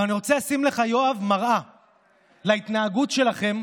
אבל אני רוצה לשים לך, יואב, מראה להתנהגות שלכם